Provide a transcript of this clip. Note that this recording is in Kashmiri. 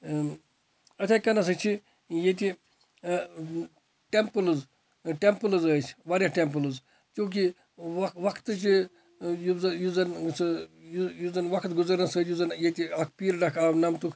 یِتھے کَن ہَسا چھِ ییٚتہِ ٹیمپٕلز ٹیمپٕلز ٲسۍ واریاہ ٹیمپٕلز کیونکہِ وَ وَقتٕچہِ یُس زَن یُس زَن سُہ یُس زَن وَقت گُزَرنَس سۭتۍ یُس زَن ییٚتہِ اکھ پیرڑا اکھ آو نَمتُک